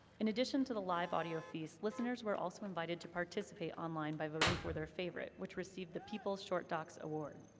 in addition to the live audio feast, listeners were also invited to participate online by voting for their favorite, which received the people's short docs award.